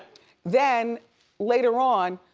then later on,